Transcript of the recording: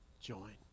join